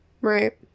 Right